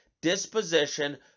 disposition